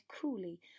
coolly